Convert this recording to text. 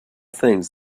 things